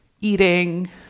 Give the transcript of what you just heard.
eating